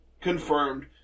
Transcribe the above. confirmed